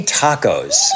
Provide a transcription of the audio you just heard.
tacos